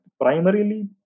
Primarily